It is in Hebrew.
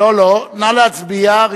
נא להצביע.